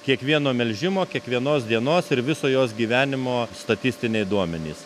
kiekvieno melžimo kiekvienos dienos ir viso jos gyvenimo statistiniai duomenys